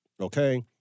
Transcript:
okay